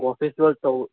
guava festival